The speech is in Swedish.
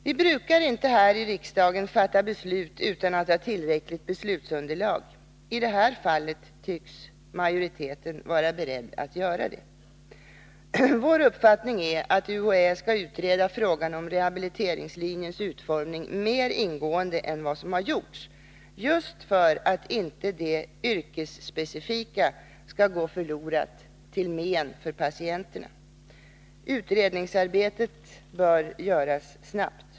Vi brukar inte här i riksdagen fatta beslut utan att ha tillräckligt beslutsunderlag. I det här fallet tycks majoriteten vara beredd att göra det. Vår uppfattning är att UHÄ skall utreda frågan om rehabiliteringslinjens utformning mer ingående än vad som gjorts just för att inte det yrkesspecifika skall gå förlorat till men för patienterna. Utredningsarbetet bör göras snabbt.